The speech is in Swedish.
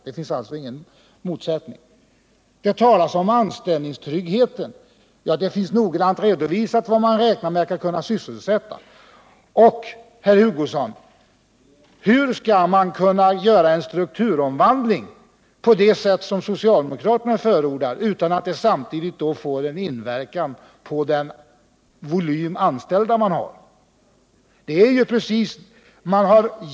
Det finns alltså ingen motsättning i mitt uttalande. Det talas om anställningstryggheten. Det finns noggrant redovisat hur många människor man räknar med att kunna sysselsätta. Och, Kurt Hugosson, hur skall man kunna göra en strukturomvandling på det sätt som socialdemokraterna förordar utan att samtidigt påverka den volym anställda företaget har?